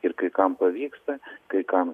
ir kai kam pavyksta kai kam